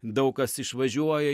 daug kas išvažiuoja